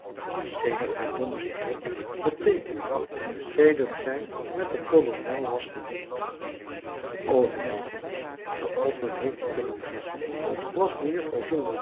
sedert haar dommen streek beteekende sedert zij met den kolonel was gehuwd overigens zooals men heeft kunnen gissen was